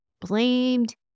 blamed